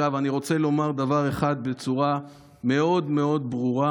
אני רוצה לומר דבר אחד בצורה מאוד מאוד ברורה,